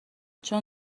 چون